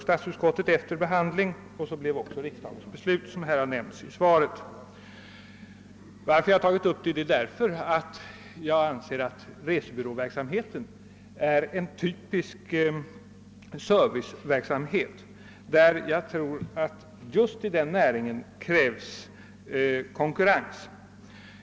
Statsutskottet anslöt sig till förslaget, och kamrarna följde — såsom framgår av svaret — utskottet. Att jag tagit upp frågan beror på att jag anser att resebyråverksamheten är en typisk serviceverksamhet och att det i denna näring krävs konkurrens.